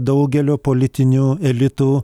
daugelio politinių elitų